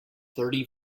thirty